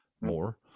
more